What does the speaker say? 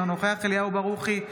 אינו נוכח אליהו ברוכי,